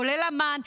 כולל אמ"ן,